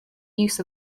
use